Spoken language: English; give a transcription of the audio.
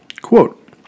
Quote